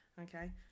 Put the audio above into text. Okay